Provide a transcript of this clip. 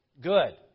good